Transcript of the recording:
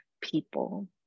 people